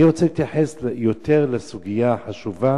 אני רוצה להתייחס יותר לסוגיה החשובה